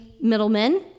middlemen